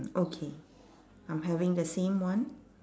okay I'm having the same one